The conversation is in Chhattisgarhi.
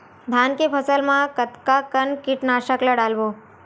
धान के फसल मा कतका कन कीटनाशक ला डलबो?